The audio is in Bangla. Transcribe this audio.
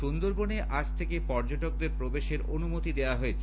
সুন্দরবনে আজ থেকে পর্যটকদের প্রবেশের অনুমতি দেওয়া হয়েছে